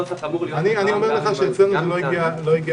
הנוסח אמור להיות --- אני אומר לך שאלינו זה לא הגיע כהערה.